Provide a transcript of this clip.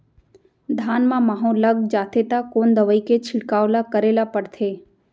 धान म माहो लग जाथे त कोन दवई के छिड़काव ल करे ल पड़थे?